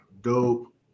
dope